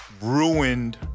Ruined